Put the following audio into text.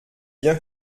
bien